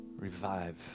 Revive